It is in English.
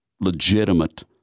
legitimate